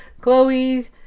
Chloe